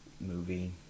movie